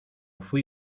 fuí